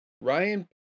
Ryan